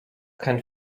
kein